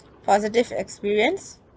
positive experience